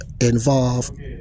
involved